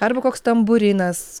arba koks tamburinas